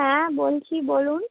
হ্যাঁ বলছি বলুন